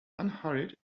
unhurried